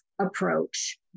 approach